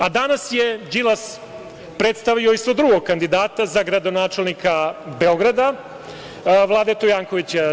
Danas je Đilas predstavio isto drugog kandidata za gradonačelnika Beograda, Vladeta Jankovića.